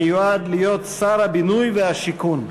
המיועד להיות שר הבינוי והשיכון.